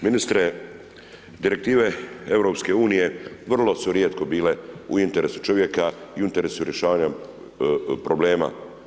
Ministre, direktive EU vrlo su rijetko bile u interesu čovjeka i u interesu rješavanja problema.